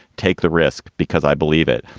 take the risk because i believe it.